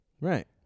Right